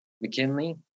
McKinley